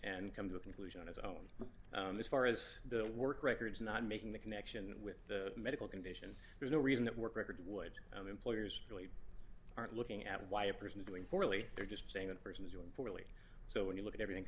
and come to a conclusion on his own as far as the work records not making the connection with the medical condition there's no reason that work record would employers really aren't looking at why a person is doing poorly they're just saying that person is doing poorly so when you look at everything